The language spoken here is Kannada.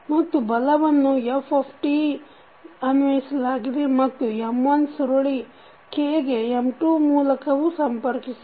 ಮತ್ತು ಬಲವನ್ನು f ಅನ್ವಯಿಸಲಾಗಿದೆ ಮತ್ತು M1 ಸುರುಳಿ k ಗೆ M2 ಮೂಲಕವೂ ಸಂಪರ್ಕಿಸಿದೆ